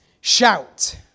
shout